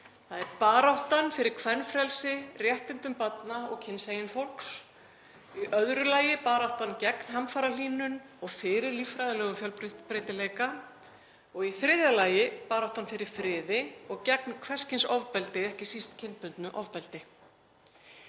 Baráttan fyrir kvenfrelsi, réttindum barna og kynsegin fólks, í öðru lagi baráttan gegn hamfarahlýnun og fyrir líffræðilegum fjölbreytileika og í þriðja lagi baráttan fyrir friði og gegn hvers kyns ofbeldi, ekki síst kynbundnu ofbeldi.